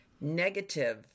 negative